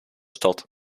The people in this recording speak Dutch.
stad